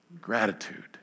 gratitude